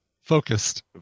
Focused